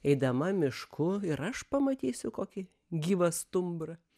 eidama mišku ir aš pamatysiu kokį gyvą stumbrą